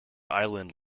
island